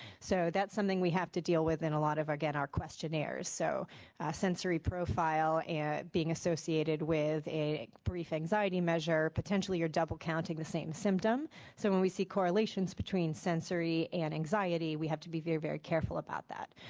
so that's something we have to deal with in a lot of again our questionnaires, so sensory profile and being associated with brief anxiety measure, potentially you're double counting the same symptom so when we see correlations between sensory and anxiety, we have to be very, very careful about that.